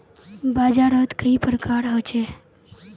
बाजार त कई प्रकार होचे?